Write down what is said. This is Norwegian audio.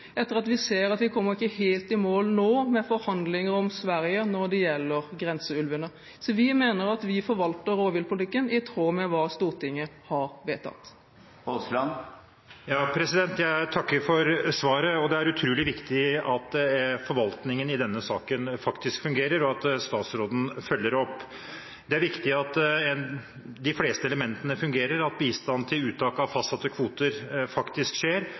etter at vi ser at vi ikke kommer helt i mål nå med forhandlinger med Sverige når det gjelder grenseulvene. Vi mener at vi forvalter rovviltpolitikken i tråd med hva Stortinget har vedtatt. Jeg takker for svaret. Det er utrolig viktig at forvaltningen i denne saken faktisk fungerer, og at statsråden følger opp. Det er viktig at de fleste elementene fungerer, at bistanden til uttak av fastsatte kvoter faktisk skjer,